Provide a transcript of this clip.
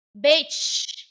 bitch